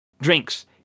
drinks